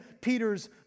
Peter's